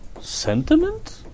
Sentiment